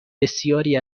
بسیاری